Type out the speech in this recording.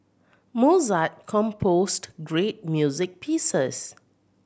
Mozart composed great music pieces